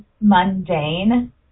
mundane